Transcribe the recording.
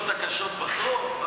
השאלות הקשות בסוף?